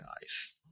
guys